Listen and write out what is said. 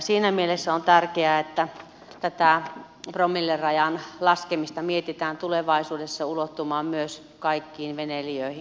siinä mielessä on tärkeää että mietitään sitä että tämä promilleraja laskettaisiin tulevaisuudessa ulottumaan myös kaikkiin veneilijöihin